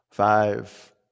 five